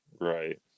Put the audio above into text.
Right